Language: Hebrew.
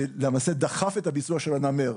שלמעשה דחף את הביצוע של הנמר.